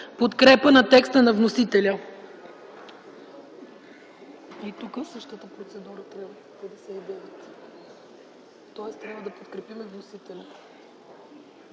подкрепа на текста на вносителя.